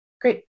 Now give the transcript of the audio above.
Great